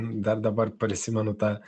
dar dabar prisimenu tą